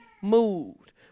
moved